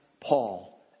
Paul